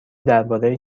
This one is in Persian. درباره